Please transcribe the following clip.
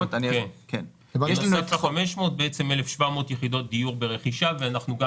יש לנו בנוסף ל-500 בעצם 1,700 יחידות דיור ברכישה ואנחנו גם